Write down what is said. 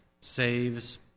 saves